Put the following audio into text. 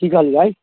कि कहलिए